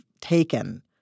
taken